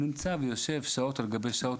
הוא נמצא ויושב שעות על גבי שעות.